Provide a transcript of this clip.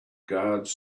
guards